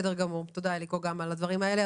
תודה, אליקו, גם על הדברים האלה.